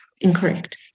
incorrect